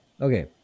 okay